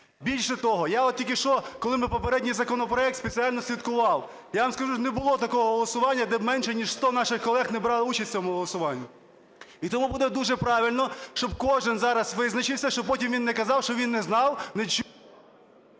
Більше того, я тільки що, коли ми попередній законопроект, спеціально слідкував, я вам скажу, не було такого голосування, де менше ніж 100 наших колег не брали участі в цьому голосуванні. І тому буде дуже правильно, щоб кожний зараз визначився, щоб потім він не казав, що він не знав, не чув…